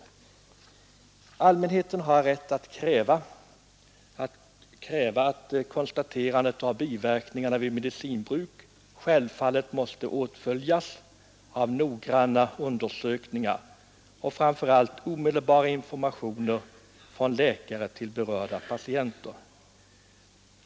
Och allmänheten har rätt att kräva att ett konstaterande av biverkningar vid medicinbruk följs av noggranna undersökningar och framför allt av omedelbara informationer från läkarna till berörda patienter.